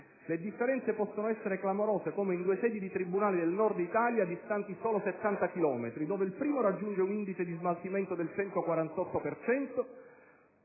Le differenze possono essere clamorose, come in due tribunali del Nord-Italia distanti solo 70 chilometri, dove il primo raggiunge un indice di smaltimento